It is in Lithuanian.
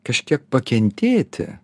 kažkiek pakentėti